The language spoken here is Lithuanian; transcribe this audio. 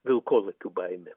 vilkolakių baimė